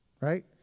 Right